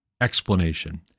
explanation